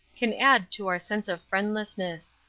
can add to our sense of friendlessness.